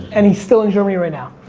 and he's still in germany right now?